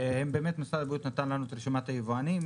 ובאמת משרד הבריאות נתן לנו את רשימת היבואנים.